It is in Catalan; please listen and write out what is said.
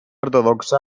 ortodoxa